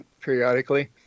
periodically